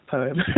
Poem